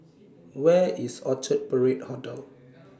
Where IS Orchard Parade Hotel